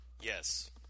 Yes